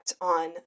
on